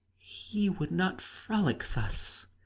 he would not frolic thus.